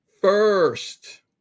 first